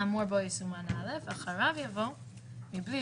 האמור בו יסומן "(א)" ואחריו יבוא: "(ב)....